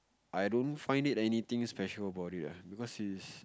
I don't find it anything special about it ah because it's